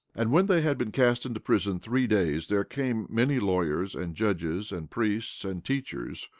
and when they had been cast into prison three days, there came many lawyers, and judges, and priests, and teachers,